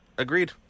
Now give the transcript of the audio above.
Agreed